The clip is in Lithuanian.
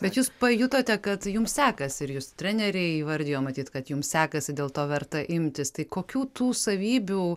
bet jūs pajutote kad jums sekasi ir jus treneriai įvardijo matyt kad jums sekasi dėl to verta imtis tai kokių tų savybių